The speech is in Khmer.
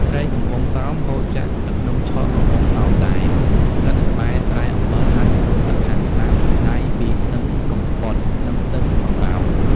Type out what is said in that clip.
ព្រែកកំពង់សោម ហូរចាក់ទៅក្នុងឆកកំពង់សោមដែរ ស្ថិតនៅក្បែរស្រែអំបិល ហើយទទួលទឹកខាងស្តាំដៃពីស្ទឹងកំបុត និងស្ទឹងសំរោង។